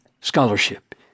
scholarship